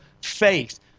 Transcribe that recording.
Faith